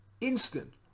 instant